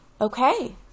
Okay